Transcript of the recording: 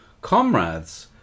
comrades